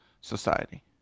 society